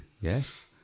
yes